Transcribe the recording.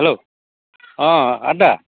hello अ आदा